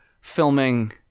filming